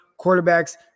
quarterbacks